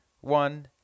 one